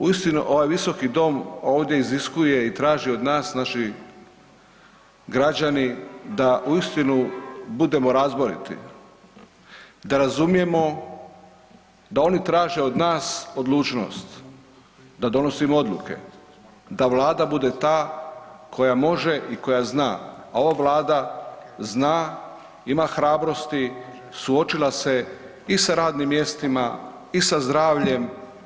Uistinu ovaj visoki dom ovdje iziskuje i traži od nas naši građani da uistinu budemo razboriti, da razumijemo da oni traže od nas odlučnost da donosimo odluke, da vlada bude ta koja može i koja zna, a ova vlada zna, ima hrabrosti, suočila se i sa radnim mjestima i sa zdravljem.